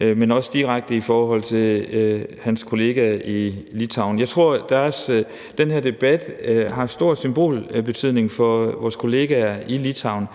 men også direkte over for hans kollega i Litauen. Jeg tror, at den her debat har stor symbolsk betydning for vores kollegaer i Litauen,